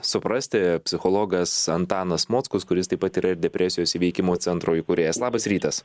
suprasti psichologas antanas mockus kuris taip pat yra ir depresijos įveikimo centro įkūrėjas labas rytas